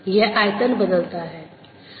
यह आयतन बदलता है